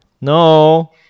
No